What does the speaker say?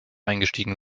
eingestiegen